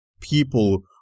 people